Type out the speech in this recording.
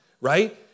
right